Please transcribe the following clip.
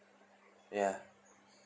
ya